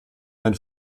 ein